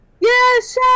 Yes